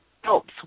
helps